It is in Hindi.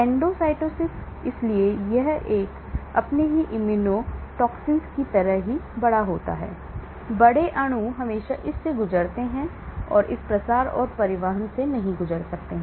एंडोसाइटोसिस इसलिए यह आपके सभी इम्युनोटोक्सिन की तरह ही बड़ा होता है बड़े अणु हमेशा इस से गुजरते हैं बड़े अणु इस प्रसार और परिवहन से नहीं गुजर सकते हैं